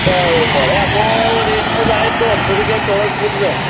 બરાબર એમાં રેટમાં સાહેબ દોઢસો રુપિયે ચોરસ ફૂટ છે